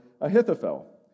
Ahithophel